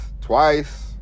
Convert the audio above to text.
twice